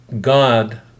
God